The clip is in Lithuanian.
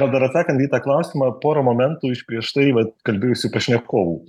gal dar atsakant į tą klausimą porą momentų iš prieš tai va kalbėjusių pašnekovų